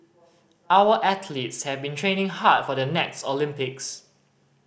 our athletes have been training hard for the next Olympics